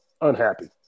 unhappy